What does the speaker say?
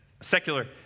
secular